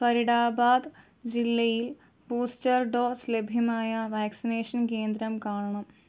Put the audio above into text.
ഫരീദാബാദ് ജില്ലയിൽ booster dose ലഭ്യമായ vaccination കേന്ദ്രം കാണണം